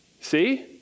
see